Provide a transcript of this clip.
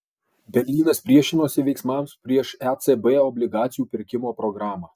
berlynas priešinosi veiksmams prieš ecb obligacijų pirkimo programą